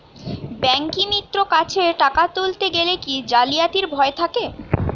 ব্যাঙ্কিমিত্র কাছে টাকা তুলতে গেলে কি জালিয়াতির ভয় থাকে?